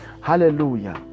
Hallelujah